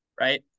right